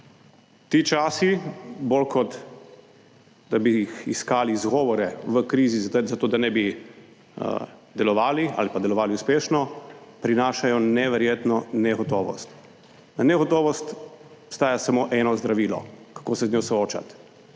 Ti časi bolj, kot da bi jih iskali izgovore v krizi za to, da ne bi delovali ali pa delovali uspešno prinašajo neverjetno negotovost. Za negotovost obstaja samo eno zdravilo: kako se z njo soočati.